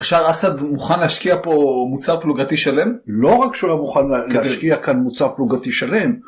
עכשיו אסד מוכן להשקיע פה מוצב פלוגתי שלם? לא רק שהוא לא מוכן להשקיע כאן מוצב פלוגתי שלם.